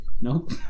Nope